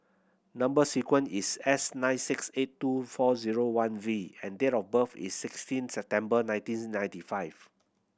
number sequence is S nine six eight two four zero one V and date of birth is sixteen September nineteen ninety five